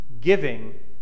Giving